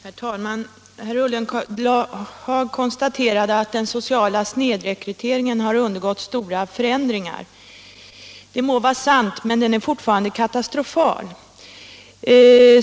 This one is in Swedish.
Herr talman! Herr Ullenhag konstaterade att den sociala snedrekryteringen har undergått stora förändringar. Det må vara sant, men den är fortfarande katastrofal.